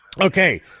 Okay